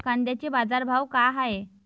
कांद्याचे बाजार भाव का हाये?